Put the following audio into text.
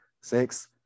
six